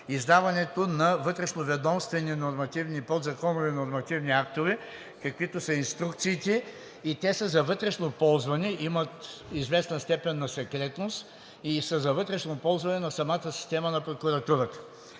издаването на вътрешноведомствени подзаконови нормативни актове, каквито са инструкциите, и те са за вътрешно ползване, имат известна степен на секретност и са за вътрешно ползване на самата система на прокуратурата.